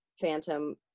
Phantom